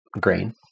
grain